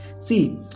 See